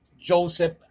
joseph